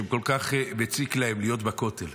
שכל כך מציק להם להיות בכותל.